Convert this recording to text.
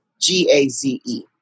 G-A-Z-E